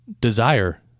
desire